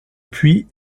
puits